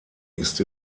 ist